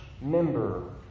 member